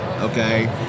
okay